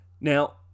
Now